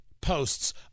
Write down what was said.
posts